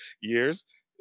years